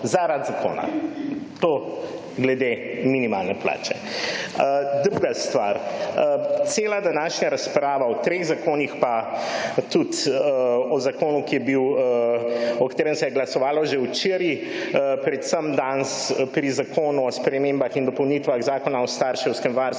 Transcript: zaradi zakona. To glede minimalne plače. Druga stvar. Cela današnja razprava o treh zakonih in tudi o zakonu, o katerem se je glasovalo že včeraj, predvsem danes pri zakonu o spremembah in dopolnitvah Zakona o starševskem varstvu